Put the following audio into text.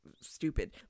stupid